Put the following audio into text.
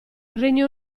regno